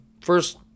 first